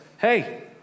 hey